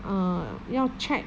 uh 要 check